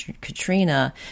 Katrina